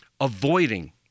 avoiding